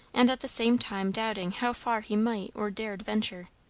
and at the same time doubting how far he might or dared venture.